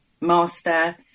master